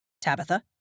Tabitha